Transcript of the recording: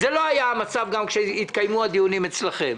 זה לא היה המצב גם כשהתקיימו הדיונים אצלכם.